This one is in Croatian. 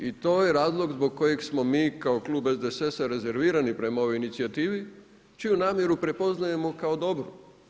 I to je razlog zbog kojeg smo mi kao Klub SDSS-a rezervirani prema ovoj inicijativi čiju namjeru prepoznajemo kao dobru.